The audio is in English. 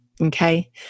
okay